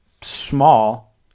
small